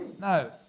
No